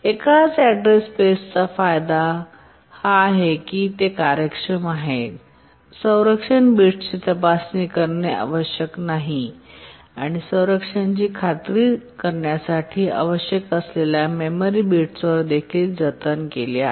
एकाच ऍड्रेस स्पेसचा फायदा हा आहे की ते कार्यक्षम आहे संरक्षण बिट्सची तपासणी करणे आवश्यक नाही आणि संरक्षणाची खात्री करण्यासाठी आवश्यक असलेल्या मेमरी बिट्सवर देखील जतन केले आहे